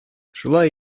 шулай